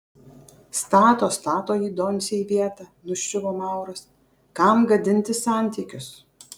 stato stato jį doncė į vietą nuščiuvo mauras kam gadinti santykius